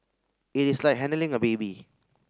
it is like handling a baby